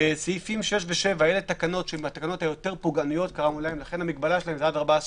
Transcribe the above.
סעיפים 7-6 הן מהתקנות היותר פוגעניות ולכן המגבלה שלהן היא עד 14 יום.